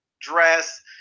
dress